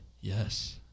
yes